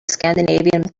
scandinavian